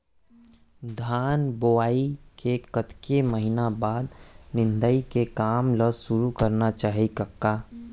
धान बोवई के कतेक महिना बाद निंदाई के काम ल सुरू करना चाही कका?